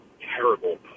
terrible